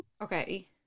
Okay